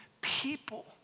people